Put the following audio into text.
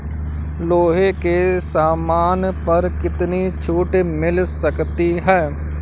लोहे के सामान पर कितनी छूट मिल सकती है